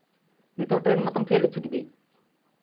ᱱᱤᱛᱚᱜ ᱴᱨᱮᱱ ᱢᱟᱛᱚᱢ ᱯᱷᱮᱞ ᱦᱚᱪᱚ ᱠᱤᱫᱤᱧ